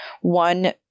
one